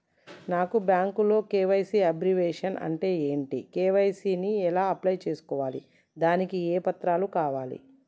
నాకు బ్యాంకులో KYC abbreviation అంటే ఏంటి కే.వై.సీ ని ఎలా అప్లై చేసుకోవాలి దానికి ఏ పత్రాలు కావాలి?